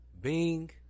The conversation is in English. Bing